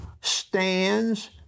stands